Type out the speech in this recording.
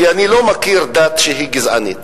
כי אני לא מכיר דת שהיא גזענות,